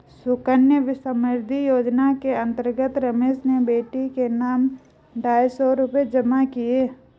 सुकन्या समृद्धि योजना के अंतर्गत रमेश ने बेटी के नाम ढाई सौ रूपए जमा किए